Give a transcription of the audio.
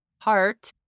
heart